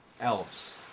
elves